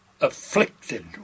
afflicted